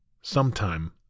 sometime